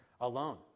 alone